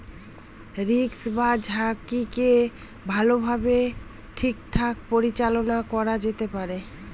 risk বা ঝুঁকিকে ভালোভাবে ঠিকঠাক পরিচালনা করা যেতে পারে